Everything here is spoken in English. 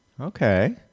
Okay